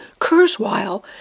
Kurzweil